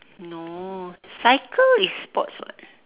no cycle is sports [what]